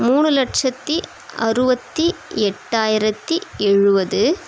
மூணு லட்சத்தி அறுபத்தி எட்டாயிரத்தி எழுபது